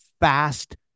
fast